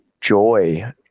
joy